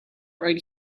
right